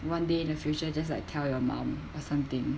one day the future just like tell your mom or something